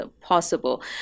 possible